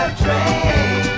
train